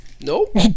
Nope